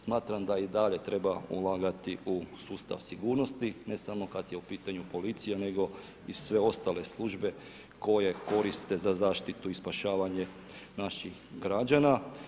Smatram da i dalje treba ulagati u sustav sigurnosti, ne samo kad je u pitanju policija nego i sve ostale službe koje koriste za zaštitu i spašavanje naših građana.